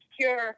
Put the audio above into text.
secure